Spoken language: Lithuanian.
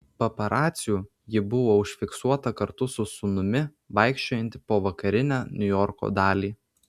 paparacių ji buvo užfiksuota kartu su sūnumi vaikščiojanti po vakarinę niujorko dalį